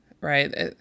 right